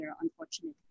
unfortunately